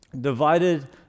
divided